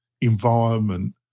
environment